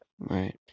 Right